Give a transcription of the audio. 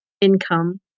income